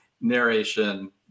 narration